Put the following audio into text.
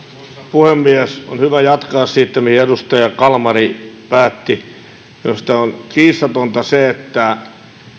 puhemies on hyvä jatkaa siitä mihin edustaja kalmari päätti minusta on kiistatonta se että